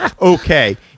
okay